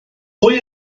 pwy